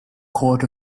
court